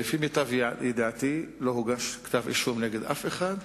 לפי מיטב ידיעתי, לא הוגש כתב אישום נגד אף אחד,